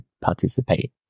participate